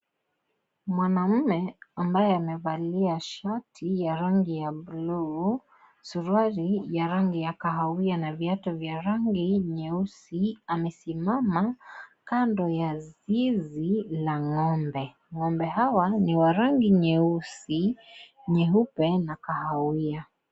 Mwanaume ambaye amevalia shati ya rangi ya bluu, suruali ya rangi ya kahawia na viatu vya rangi nyeusi. Amesimama kando ya zizi la ng`ombe. Ng`ombe hawa ni wa rangi nyeusi, nyeupa na kahawia.